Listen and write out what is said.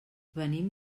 venim